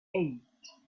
eight